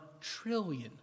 trillion